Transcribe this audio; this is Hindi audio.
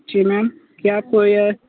जी मैम क्या आप को यह